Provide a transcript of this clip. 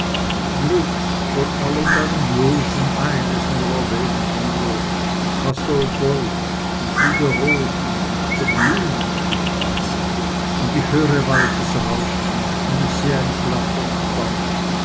glück von allen deinen losen eines nur erwähl ich mir was soll gold ich liebe rosen und der blumen schlichte zier und ich höre waldesrauschen und ich seh ein flatternd band